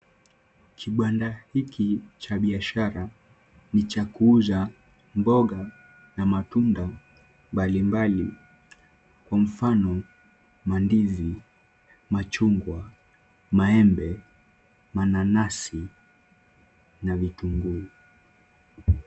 Kibanda hiki cha biashara ni cha kuuza mboga na matunda mbalimbali, kwa mfano mandizi, machungwa, maembe, mananasi na vitunguu.